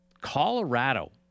Colorado